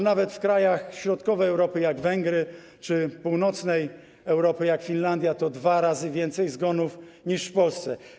Nawet w krajach środkowej Europy, jak Węgry, czy północnej Europy, jak Finlandia, jest dwa razy więcej zgonów niż w Polsce.